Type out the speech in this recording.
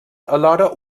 alhora